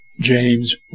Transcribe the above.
James